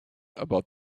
about